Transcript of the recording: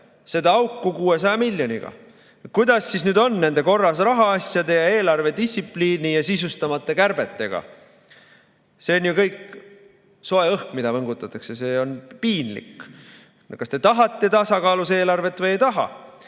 seda auku 600 miljoni võrra. Kuidas siis nüüd on nende korras rahaasjade ja eelarvedistsipliini ja sisustamata kärbetega? See on ju kõik soe õhk, mida võngutatakse, ja see on piinlik. Kas te tahate tasakaalus eelarvet või ei taha?